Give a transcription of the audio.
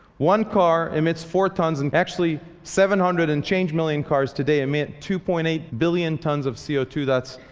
one car emits four tons. and actually seven hundred and change million cars today emit two point eight billion tons of c o two. that's,